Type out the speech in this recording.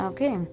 Okay